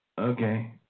Okay